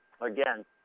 Again